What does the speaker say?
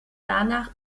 danach